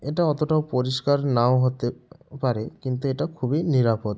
এটা অতটাও পরিষ্কার নাও হতে পারে কিন্তু এটা খুবই নিরাপদ